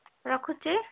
ରଖୁଛି